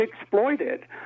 exploited